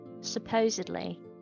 supposedly